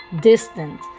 distant